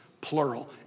plural